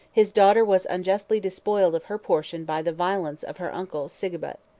his daughter was unjustly despoiled of her portion by the violence of her uncle sigebut.